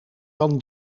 dan